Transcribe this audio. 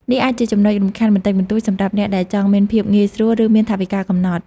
នេះអាចជាចំណុចរំខានបន្តិចបន្តួចសម្រាប់អ្នកដែលចង់បានភាពងាយស្រួល ឬមានថវិកាកំណត់។